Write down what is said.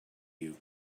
you